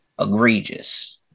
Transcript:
Egregious